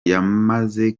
yamaze